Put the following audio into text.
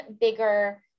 bigger